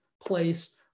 place